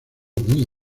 muy